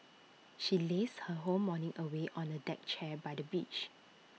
she lazed her whole morning away on A deck chair by the beach